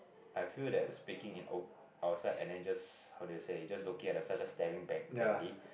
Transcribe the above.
I feel that the speaking in outside and then just how do I say just looking at the such a staring blankly